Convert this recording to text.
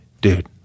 dude